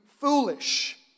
foolish